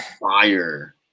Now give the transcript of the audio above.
fire